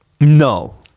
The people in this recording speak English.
no